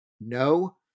no